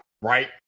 right